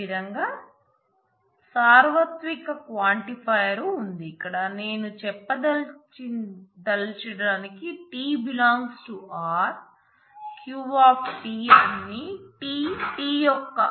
అదేవిధంగా సార్వత్రిక క్వాంటిఫైయర్ ఉంది ఇక్కడ నేను చెప్పదలిచడానికి t € r Q